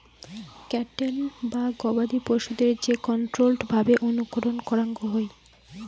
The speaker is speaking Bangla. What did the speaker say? ক্যাটেল বা গবাদি পশুদের যে কন্ট্রোল্ড ভাবে অনুকরণ করাঙ হই